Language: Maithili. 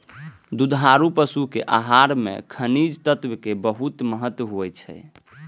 दुधारू पशुक आहार मे खनिज तत्वक बहुत महत्व होइ छै